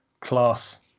class